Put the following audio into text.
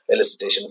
Elicitation